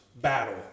battle